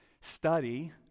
study